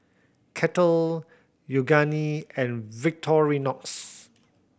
Kettle Yoogane and Victorinox